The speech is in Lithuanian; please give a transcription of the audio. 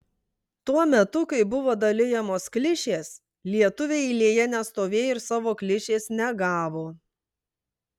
tuo metu kai buvo dalijamos klišės lietuviai eilėje nestovėjo ir savo klišės negavo